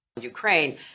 Ukraine